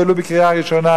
ולו בקריאה ראשונה,